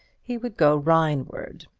he would go rhine-ward,